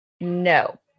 No